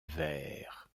ver